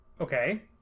Okay